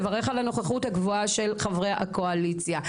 לברך על הנוכחות הגבוהה של חברי הקואליציה.